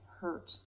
hurt